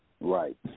Right